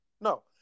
No